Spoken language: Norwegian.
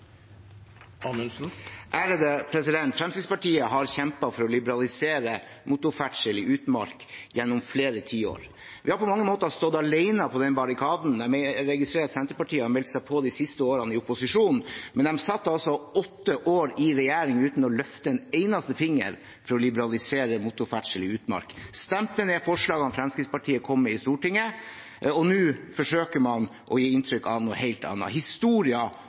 Fremskrittspartiet har kjempet for å liberalisere motorferdsel i utmark gjennom flere tiår. Vi har på mange måter stått alene på den barrikaden, men jeg registrerer at Senterpartiet har meldt seg på de siste årene i opposisjon. Men de satt altså åtte år i regjering uten å løfte en eneste finger for å liberalisere motorferdsel i utmark. De stemte ned forslagene Fremskrittspartiet kom med i Stortinget, og nå forsøker man å gi inntrykk av noe